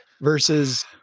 versus